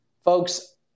Folks